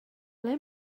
ble